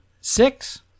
Six